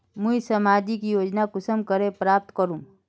मुई सामाजिक योजना कुंसम करे प्राप्त करूम?